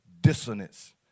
dissonance